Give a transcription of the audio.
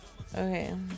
Okay